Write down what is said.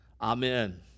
Amen